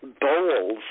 bowls